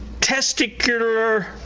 testicular